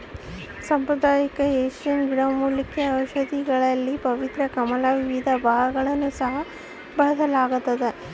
ಸಾಂಪ್ರದಾಯಿಕ ಏಷ್ಯನ್ ಗಿಡಮೂಲಿಕೆ ಔಷಧಿಗಳಲ್ಲಿ ಪವಿತ್ರ ಕಮಲದ ವಿವಿಧ ಭಾಗಗಳನ್ನು ಸಹ ಬಳಸಲಾಗ್ತದ